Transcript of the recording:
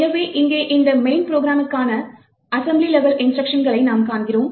எனவே இங்கே இந்த main ப்ரோக்ராமுக்கான அசெம்பிளி லெவல் இன்ஸ்ட்ருக்ஷன்களை நாம் காண்கிறோம்